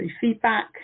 feedback